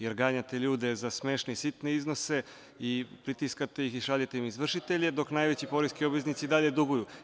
Jer, ganjate ljude za smešne i sitne iznose i pritiskate ih i šaljete im izvršitelje, dok najveći poreski obveznici i dalje duguju.